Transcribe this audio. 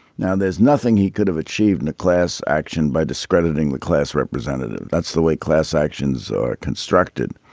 now there's nothing he could have achieved in a class action by discrediting the class representative. that's the way class actions are constructed.